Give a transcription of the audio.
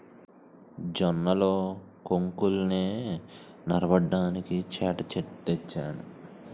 జొన్నల్లో కొంకుల్నె నగరబడ్డానికి చేట తెచ్చాను